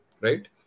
right